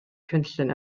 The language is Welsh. cynllun